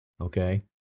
okay